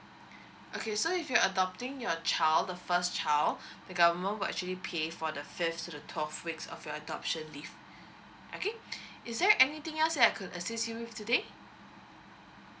okay so if you're adopting your child the first child the government will actually pay for the fifth to the twelve weeks of your adoption leave okay is there anything else that I could assist you with today